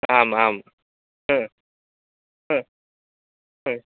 आम् आं ह्म् ह्म् ह्म्